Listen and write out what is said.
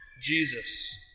Jesus